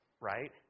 right